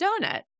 donut